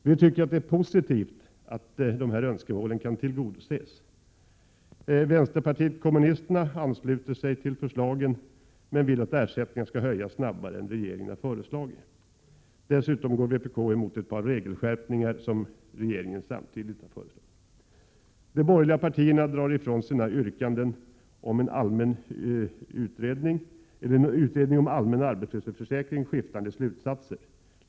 Vi tycker att det är positivt att dessa önskemål kan tillgodoses. Vänsterpartiet kommunisterna ansluter sig till förslagen, men vill att ersättningarna skall höjas snabbare än regeringen har föreslagit. Dessutom går vpk emot ett par regelskärpningar som regeringen samtidigt har föreslagit. De borgerliga partierna drar utifrån sina yrkanden om en utredning om allmän arbetslöshetsförsäkring skiftande slutsatser.